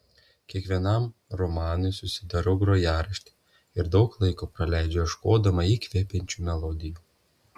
kiekvienam romanui susidarau grojaraštį ir daug laiko praleidžiu ieškodama įkvepiančių melodijų